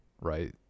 right